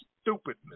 stupidness